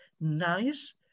nice